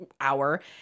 hour